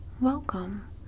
welcome